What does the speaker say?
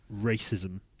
racism